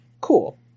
Cool